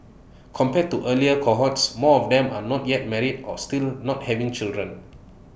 compared to earlier cohorts more of them are not yet married or still not having children